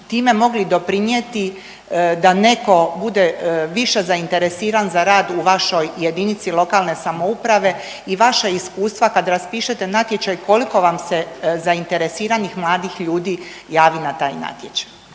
time mogli doprinijeti da neko bude više zainteresiran za rad u vašoj jedinici lokalne samouprave i vaša iskustava kad raspišete natječaj koliko vam se zainteresiranih mladih ljudi javi na taj natječaj.